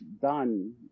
done